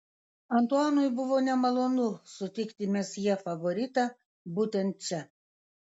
antuanui buvo nemalonu sutikti mesjė favoritą būtent čia